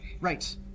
right